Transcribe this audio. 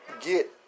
get